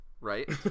right